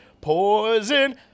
Poison